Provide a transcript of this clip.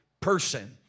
person